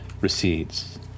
recedes